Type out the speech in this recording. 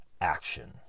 action